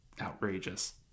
outrageous